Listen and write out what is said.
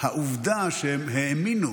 העובדה שהם האמינו